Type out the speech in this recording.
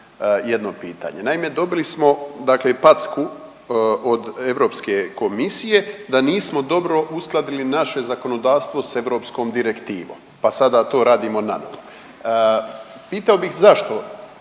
jedno pitanje. Naime, dobili smo, dakle i packu od Europske komisije da nismo dobro uskladili naše zakonodavstvo sa europskom direktivom, pa sada to radimo nanovo. Pitao bih zašto